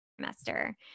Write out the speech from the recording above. semester